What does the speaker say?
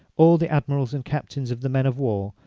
all the admirals and captains of the men of war,